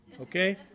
Okay